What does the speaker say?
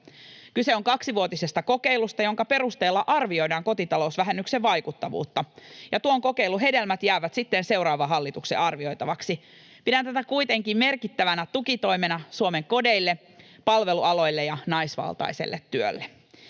Kyse on kaksivuotisesta kokeilusta, jonka perusteella arvioidaan kotitalousvähennyksen vaikuttavuutta, ja tuon kokeilun hedelmät jäävät sitten seuraavan hallituksen arvioitaviksi. Pidän tätä kuitenkin merkittävänä tukitoimena Suomen kodeille, palvelualoille ja naisvaltaiselle työlle.